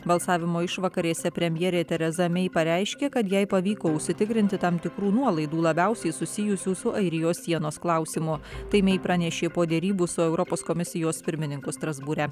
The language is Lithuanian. balsavimo išvakarėse premjerė tereza mei pareiškė kad jai pavyko užsitikrinti tam tikrų nuolaidų labiausiai susijusių su airijos sienos klausimo tai mei pranešė po derybų su europos komisijos pirmininku strasbūre